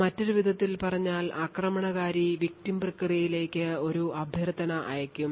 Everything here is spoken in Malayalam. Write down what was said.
മറ്റൊരു വിധത്തിൽ പറഞ്ഞാൽ ആക്രമണകാരി victim പ്രക്രിയയിലേക്ക് ഒരു അഭ്യർത്ഥന അയയ്ക്കും